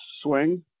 swing